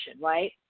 right